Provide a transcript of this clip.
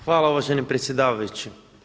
Hvala uvaženi predsjedavajući.